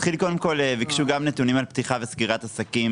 ביקשו נתונים גם על פתיחה וסגירה של עסקים